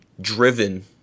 driven